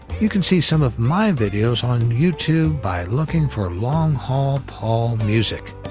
you can see some of my videos on youtube by looking for long haul paul music.